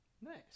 Nice